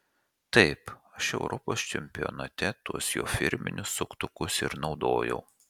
taip aš europos čempionate tuos jo firminius suktukus ir naudojau